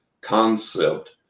concept